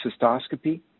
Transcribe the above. cystoscopy